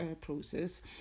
process